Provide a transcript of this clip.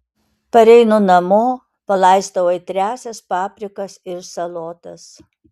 pareinu namo palaistau aitriąsias paprikas ir salotas